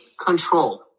control